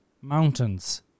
mountains